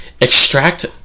extract